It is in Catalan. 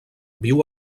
viu